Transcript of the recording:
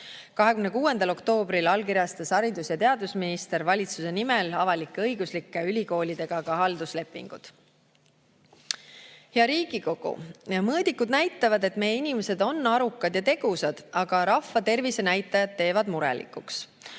26. oktoobril allkirjastas haridus- ja teadusminister valitsuse nimel avalik-õiguslike ülikoolidega ka halduslepingud. Hea Riigikogu! Mõõdikud näitavad, et meie inimesed on arukad ja tegusad, aga rahva tervisenäitajad teevad murelikuks.